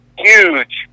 huge